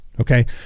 Okay